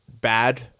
Bad